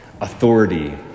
authority